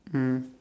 mm